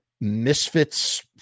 misfits